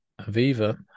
aviva